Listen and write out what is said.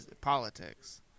politics